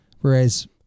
Whereas